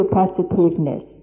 positiveness